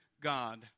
God